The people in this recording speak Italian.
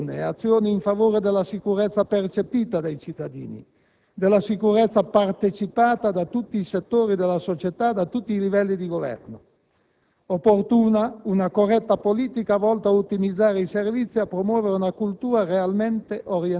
La legalità dev'essere cultura e valore. La sicurezza dev'essere soprattutto prevenzione e azioni in favore della "sicurezza percepita" dai cittadini, della sicurezza "partecipata" da tutti i settori della società e da tutti i livelli di governo.